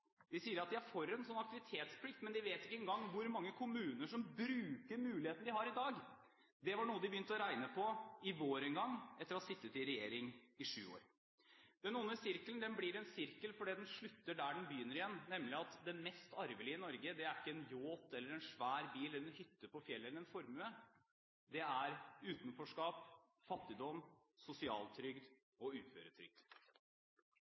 De sier at de er for en slik aktivitetsplikt, men de vet ikke en gang hvor mange kommuner som bruker muligheten de har i dag. Det var noe de begynte å regne på i vår en gang etter å ha sittet i regjering i syv år. Den onde sirkelen blir en sirkel fordi den slutter der den begynner igjen, nemlig med at det mest arvelige i Norge ikke er en yacht eller en svær bil eller en hytte på fjellet eller en formue – det er utenforskap, fattigdom,